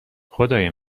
خدای